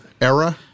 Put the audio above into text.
era